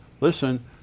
Listen